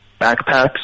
backpacks